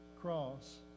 cross